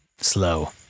slow